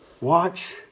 Watch